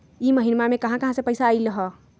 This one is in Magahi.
इह महिनमा मे कहा कहा से पैसा आईल ह?